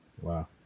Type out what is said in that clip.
Wow